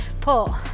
pull